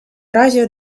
razie